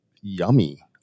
yummy